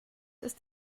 ist